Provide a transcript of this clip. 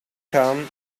come